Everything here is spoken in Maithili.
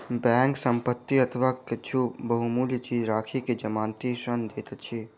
बैंक संपत्ति अथवा किछ बहुमूल्य चीज राइख के जमानती ऋण दैत अछि